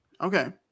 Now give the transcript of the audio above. Okay